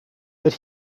that